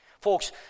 Folks